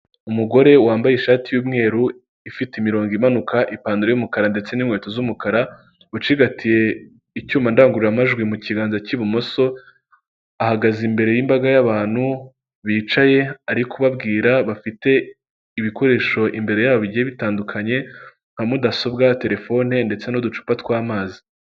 Umugore wambaye ishati y'umweru ifite imirongo imanuka, ipantaro y'umukara ndetse n'inkweto z'umukara, ucigatiye icyuma ndangururamajwi mu kiganza cy'ibumoso, ahagaze imbere y'imbaga y'abantu bicaye ari kubabwira, bafite ibikoresho imbere yabo bigiye bitandukanye nka mudasobwa, telefone ndetse n'uducupa tw'amazi.